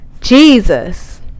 Jesus